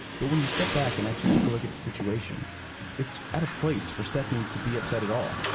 but when you step back and actually take a look at the situation it's at a place for stephanie to be upset at all.